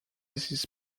these